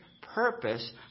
purpose